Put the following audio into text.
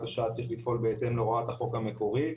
השעה צריך לפעול בהתאם להוראת החוק המקורית.